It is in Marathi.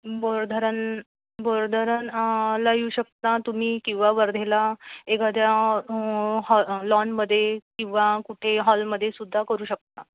बोरधरण बोरधरण ला येऊ शकता तुम्ही किंवा वर्धेला एखाद्या हॉ लॉनमध्ये किंवा कुठे हॉलमध्ये सुद्धा करू शकता